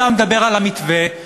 אתה מדבר על המתווה,